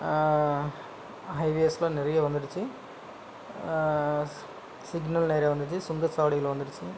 ஹைவேஸில் நிறைய வந்துடுச்சு ஸ் சிக்னல் ஏரியா வந்துருச்சு சுங்க சாவடிகள் வந்துருச்சு